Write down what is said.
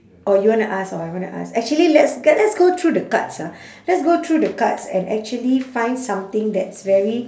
or you wanna ask or I wanna ask actually let's get let's go through the cards ah let's go through the cards and actually find something that's very